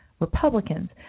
Republicans